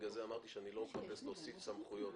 לכן אמרתי שאני לא מחפש להוסיף סמכויות